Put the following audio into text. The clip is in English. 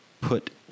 put